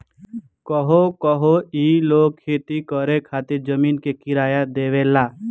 कहवो कहवो ई लोग खेती करे खातिर जमीन के किराया देवेला